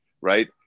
right